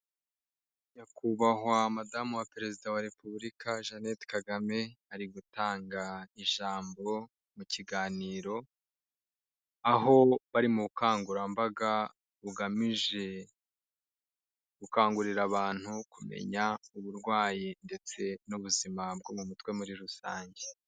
Nyakubahwa madamu wa perezida wa repubulika jeannette kagame ari gutanga ijambo mu kiganiro aho bari mu bukangurambaga bugamije gukangurira abantu kumenya uburwayi ndetse n'ubuzima bwo mu mutwe muri rusange.